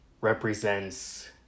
represents